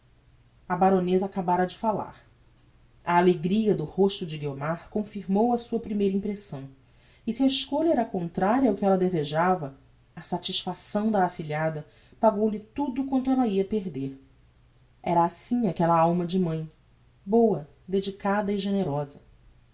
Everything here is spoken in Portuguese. a baroneza acabára de falar a alegria do rosto de guiomar confirmou a sua primeira impressão e se a escolha era contraria ao que ella desejava a satisfação da afilhada pagou-lhe tudo quanto ella ira perder era assim aquella alma de mãe boa dedicada e generosa